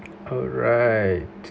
alright